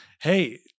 Hey